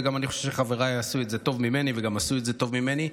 ואני גם חושב שחבריי יעשו את זה טוב ממני וגם עשו את זה טוב ממני.